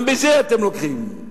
גם בזה אתם לוקחים.